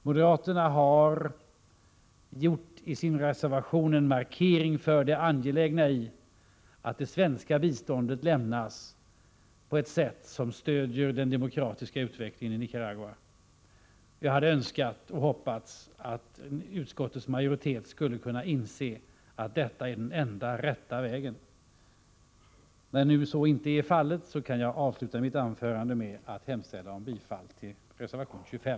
Moderaterna har i sin reservation gjort en markering av det angelägna i att det svenska biståndet lämnas på ett sätt som stödjer den demokratiska utvecklingen i Nicaragua. Jag hade önskat och hoppats att utskottets majoritet skulle kunna inse att detta är den enda rätta vägen. När nu så inte är fallet kan jag avsluta mitt anförande med att hemställa om bifall till reservation 25.